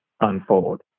unfold